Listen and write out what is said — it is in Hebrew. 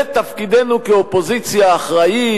זה תפקידנו כאופוזיציה אחראית.